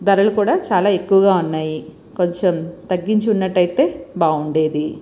ధరలు కూడా చాలా ఎక్కువగా ఉన్నాయి కొంచెం తగ్గించి ఉన్నట్టు అయితే బాగుండేది